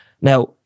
Now